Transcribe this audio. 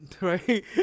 Right